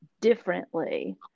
differently